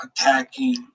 attacking